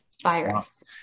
virus